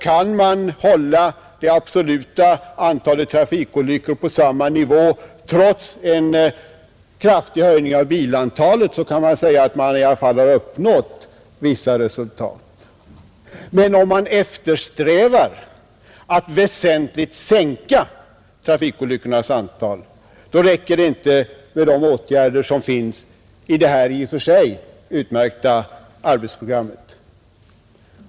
Kan man hålla det absoluta antalet trafikolyckor på samma nivå trots en kraftig ökning av bilantalet har man ju ändå uppnått vissa resultat. Men om man eftersträvar att väsentligt sänka trafikolyckornas antal räcker inte de åtgärder som föreslås i det i och för sig utmärkta arbetsprogrammet.